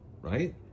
Right